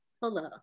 hello